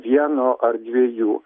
vieno ar dviejų